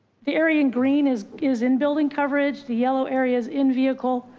the area in green is is in building coverage, the yellow areas in vehicle.